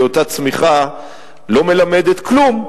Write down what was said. כי אותה צמיחה לא מלמדת כלום,